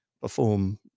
perform